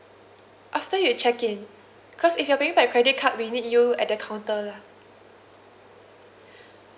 after you check in cause if you're paying by credit card we need you at the counter lah